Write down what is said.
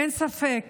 אין ספק